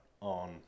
on